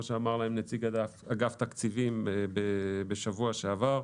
שאמר להם נציג אגף התקציבים בשבוע שעבר.